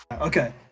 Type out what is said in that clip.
Okay